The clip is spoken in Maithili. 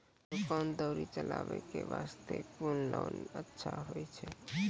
दुकान दौरी चलाबे के बास्ते कुन लोन अच्छा होय छै?